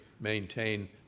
maintain